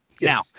now